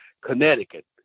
Connecticut